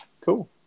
Cool